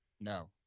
No